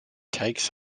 takes